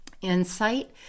insight